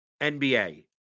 NBA